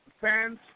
fans